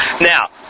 Now